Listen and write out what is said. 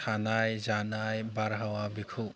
थानाय जानाय बारहावा बेखौ